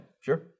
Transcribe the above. Sure